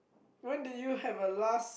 when did you have a last